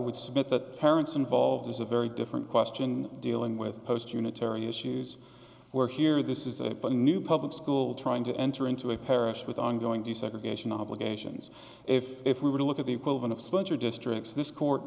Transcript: would submit that parents involved is a very different question dealing with post unitary issues where here this is a new public school trying to enter into a parish with ongoing desegregation obligations if if we were to look at the equivalent of spencer districts this court